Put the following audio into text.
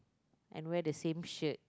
and wear the same shirt